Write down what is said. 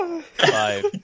Five